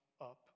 up